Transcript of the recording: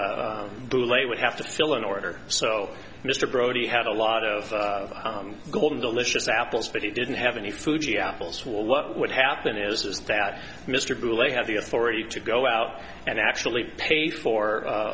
too late would have to fill an order so mr brody had a lot of golden delicious apples but he didn't have any food she apples well what would happen is that mr brul have the authority to go out and actually pay for